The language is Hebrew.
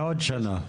לעוד שנה.